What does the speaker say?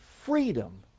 freedom